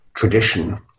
tradition